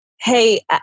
hey